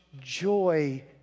joy